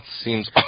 seems